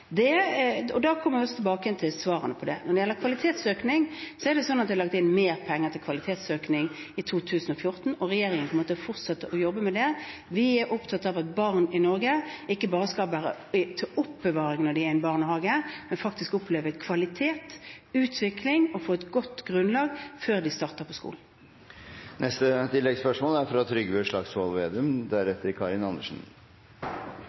Da kommer vi også tilbake til svarene på det. Det er lagt inn mer penger til kvalitetsøkning i 2014, og regjeringen kommer til å fortsette å jobbe med det. Vi er opptatt av at barn i Norge ikke bare skal være til oppbevaring når de er i en barnehage, men de skal faktisk oppleve kvalitet og utvikling og få et godt grunnlag før de starter på skolen. Trygve Slagsvold Vedum